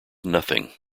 nothing